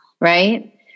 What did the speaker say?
Right